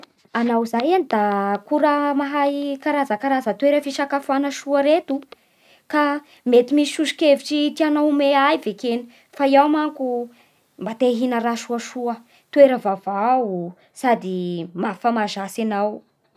Anao zay any da koraha mahay karazakaraza toera fisakafoana soa reto, ka mety misy sosokevitsy tianao omena ahy ve kegny? Fa i aho manko mba te ihina raha soasoa, toera vaovao sady mba fa mahazatsy anao?